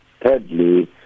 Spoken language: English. Thirdly